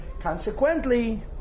consequently